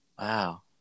Wow